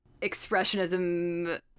expressionism